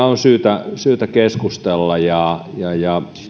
on syytä syytä keskustella ja ja